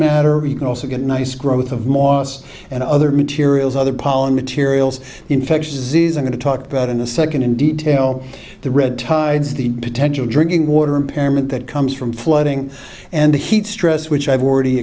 matter you can also get a nice growth of moss and other materials other pollen materials infectious disease are going to talk about in the second in detail the red tides the potential drinking water impairment that comes from flooding and heat stress which i've already